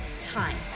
time